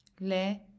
le